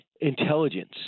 intelligence